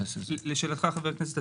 לשאלתך חבר הכנסת,